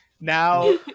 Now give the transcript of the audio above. now